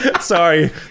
Sorry